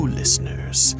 listeners